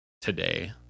today